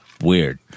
weird